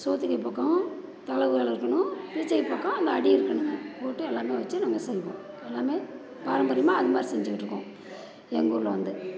சோத்துக்கை பக்கம் தல இலை இருக்கணும் பீச்சக்கை பக்கம் அந்த அடி இருக்கணுங்க போட்டு எல்லாமே வச்சு நாங்கள் செய்வோம் எல்லாமே பாரம்பரியமாக அதுமாதிரி செஞ்சிக்கிட்டு இருக்கோம் எங்கள் ஊரில் வந்து